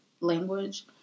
language